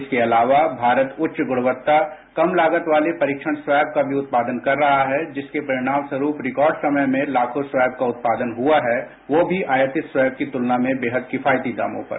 इसके अलावा भारत उच्च गुणवत्ता कम लागत वाले परीक्षण स्वेबका भी उत्पादन कर रहा है जिसके परिणाम स्वरूप रिकॉर्ड समय मेंलाखों स्वेब का उत्पादन हुआ है वो भी आयातित स्वेब के मुकाबले में वेहद किफायती दामोंपर